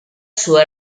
sua